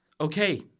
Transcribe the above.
Okay